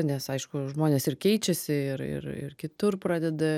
nes aišku žmonės ir keičiasi ir ir kitur pradeda